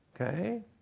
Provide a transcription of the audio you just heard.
okay